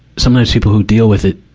sometimes people who deal with it,